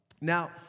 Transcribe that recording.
Now